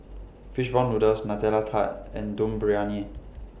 Fish Ball Noodles Nutella Tart and Dum Briyani